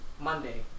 Monday